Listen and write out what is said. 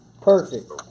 Perfect